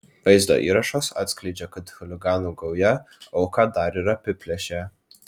vaizdo įrašas atskleidžia kad chuliganų gauja auką dar ir apiplėšė